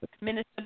Minister